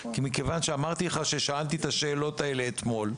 מכיוון שאמרתי לך ששאלתי את השאלות האלה אתמול,